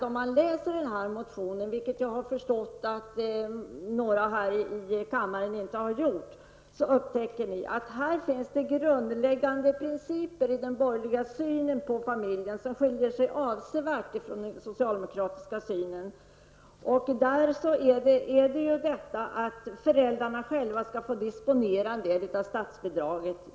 Om man läser vår motion, vilket jag förstår att några här i kammaren inte gjort, upptäcker man att den redovisar grundläggande principer i den borgerliga synen på familjen som avsevärt skiljer sig från de socialdemokratiska. Idén bakom dessa 18 000 är att föräldrarna själva skall få disponera en del av statsbidraget.